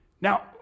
Now